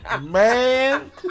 Man